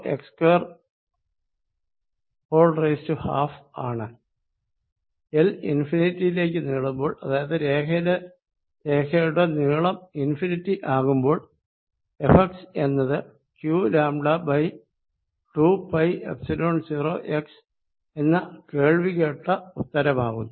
L ഇൻഫിനിറ്റിയി ലേക്ക് നീളുമ്പോൾ അതായത് രേഖയുടെ നീളം ഇൻഫിനിറ്റി ആകുമ്പോൾ Fx എന്നത് qλ2πϵ0x എന്ന കേൾവി കേട്ട ഉത്തരമാകുന്നു